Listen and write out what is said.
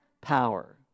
power